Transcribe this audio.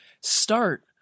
start